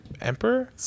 emperor